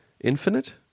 infinite